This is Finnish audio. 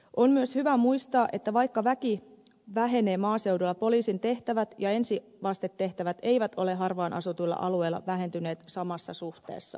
on myös hyvä muistaa että vaikka väki vähenee maaseudulla poliisin tehtävät ja ensivastetehtävät eivät ole harvaanasutuilla alueilla vähentyneet samassa suhteessa